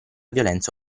violenza